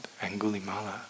Angulimala